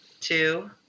two